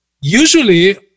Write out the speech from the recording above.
usually